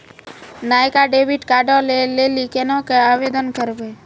नयका डेबिट कार्डो लै लेली केना के आवेदन करबै?